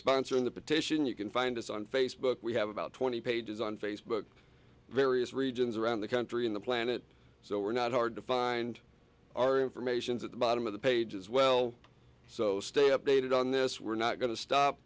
sponsoring the petition you can find us on facebook we have about twenty pages on facebook various regions around the country in the planet so we're not hard to find our information is at the bottom of the page as well so stay updated on this we're not going to stop